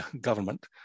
government